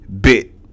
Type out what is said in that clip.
bit